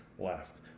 left